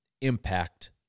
impact